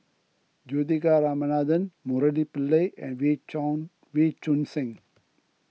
Juthika Ramanathan Murali Pillai and Wee Wee Choon Seng